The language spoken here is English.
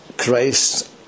Christ